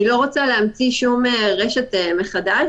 אני לא רוצה להמציא שום רשת מחדש.